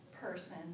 person